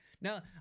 Now